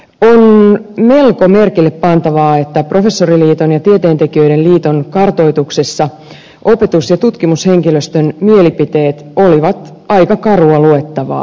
on melko merkillepantavaa että professoriliiton ja tieteentekijöiden liiton kartoituksessa opetus ja tutkimushenkilöstön mielipiteet olivat aika karua luettavaa